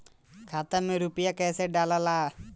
खाता में रूपया कैसे डालाला?